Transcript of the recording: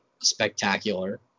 spectacular